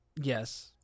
Yes